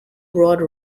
broad